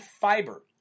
fiber